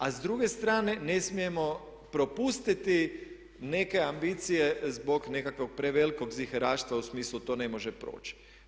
A s druge strane ne smijemo propustiti neke ambicije zbog nekakvog prevelikog ziheraštva u smislu to ne može proći.